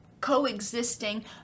coexisting